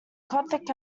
gothic